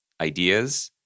ideas